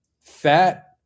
fat